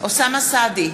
אוסאמה סעדי,